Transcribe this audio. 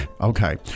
Okay